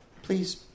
Please